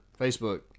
Facebook